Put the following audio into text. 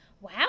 wow